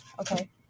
okay